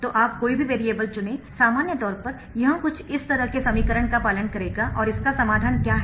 तो आप कोई भी वेरिएबल चुनें सामान्य तौर पर यह कुछ इस तरह के समीकरण का पालन करेगा और इसका समाधान क्या है